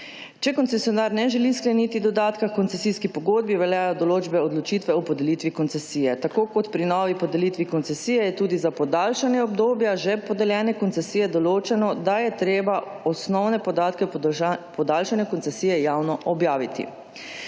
Če koncesionar ne želi skleniti dodatka h koncesijski pogodbi, veljajo določbe odločitve o podelitvi koncesije, tako kot pri novi podelitvi koncesije je tudi za podaljšanje obdobja že podeljene koncesije določeno, da je treba osnovne podatke podaljšanja koncesije javno objaviti.